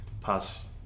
past